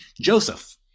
Joseph